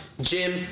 Jim